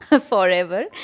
forever